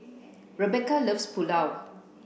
Rebecca loves Pulao